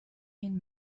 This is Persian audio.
این